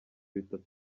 bitatu